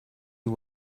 you